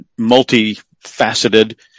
multifaceted